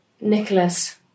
Nicholas